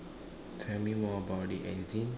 tell me more about the engine